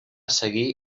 seguir